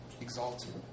exalted